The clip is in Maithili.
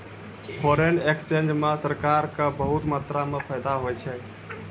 फोरेन एक्सचेंज म सरकार क बहुत मात्रा म फायदा होय छै